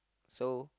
so